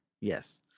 yes